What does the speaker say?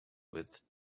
with